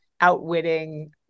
outwitting